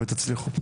ותצליחו.